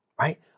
right